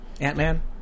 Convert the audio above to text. Ant-Man